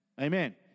Amen